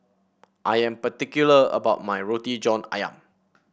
I am particular about my Roti John ayam